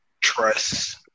trust